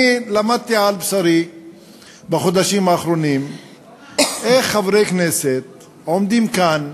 אני למדתי על בשרי בחודשים האחרונים איך חברי כנסת עומדים כאן,